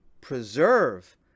preserve